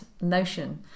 notion